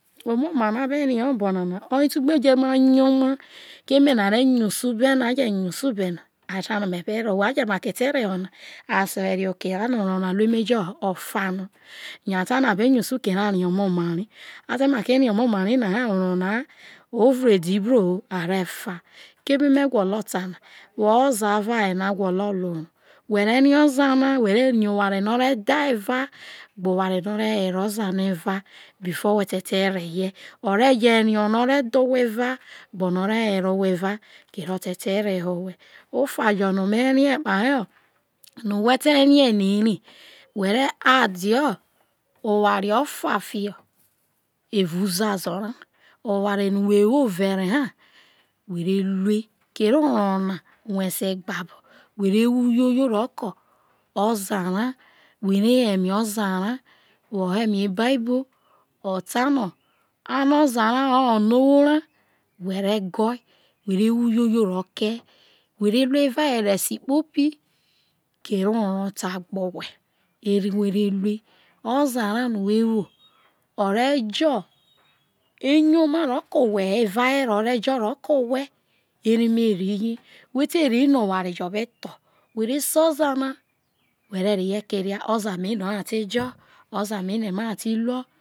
omomani a be rie obonana oye o ma tube yoma keme a te nya usu be no a je ma te reho na asoheroke orro no yo a ta no̱ a be na usure a rie omomara keme me givolo ta na woho oza avo aya no a gwolo lu orro who re rie oza na who ve rie oware no o re were oza na eva befor who te te reho rie who re add oware ofa fiho uzazo oware lo who vere he rue who re wo uyoyo ke eme oza ka who re yo eme ozara woho eme bible ano ozara ho onowo ra oza ra o re ijo uyoma ro ke owhe he evahere ro ke owhe ere me rri rie who te rri no oware jo be tho ɛe oza na who ve reho keria oza me ene o̱ ha te jo oza me ene ma ha ti rue.